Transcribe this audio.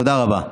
תודה רבה.